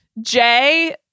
Jay